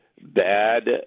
bad